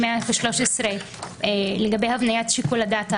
זה שלא הגיוני להטיל שם כפל ענישה על